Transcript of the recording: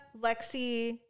Lexi